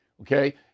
okay